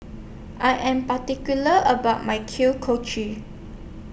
I Am particular about My Kuih Kochi